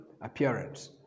appearance